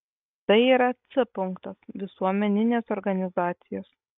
tai yra c punktas visuomeninės organizacijos